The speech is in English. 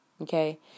Okay